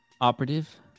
operative